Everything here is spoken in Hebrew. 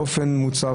באופן מוצהר,